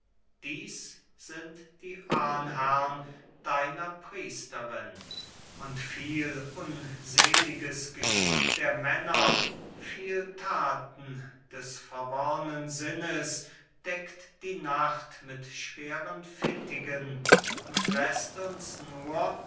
dieß sind die ahnherrn deiner priesterin und viel unseliges geschick der männer viel thaten des verworrnen sinnes deckt die nacht mit schweren fittigen und läßt uns nur